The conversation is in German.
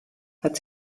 hat